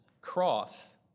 cross